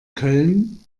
köln